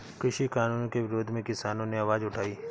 कृषि कानूनों के विरोध में किसानों ने आवाज उठाई